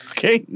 Okay